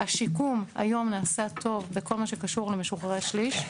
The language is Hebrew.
שהשיקום היום נעשה טוב בכל מה שקשור למשוחררי שליש,